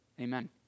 amen